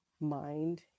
mind